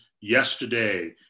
yesterday